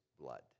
blood